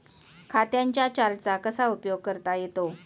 खात्यांच्या चार्टचा कसा उपयोग करता येतो?